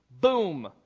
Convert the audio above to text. Boom